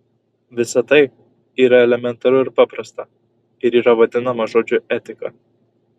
visa tai yra elementaru ir paprasta ir yra vadinama žodžiu etika